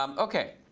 um ok.